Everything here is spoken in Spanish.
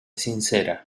sincera